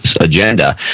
agenda